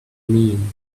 mean